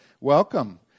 Welcome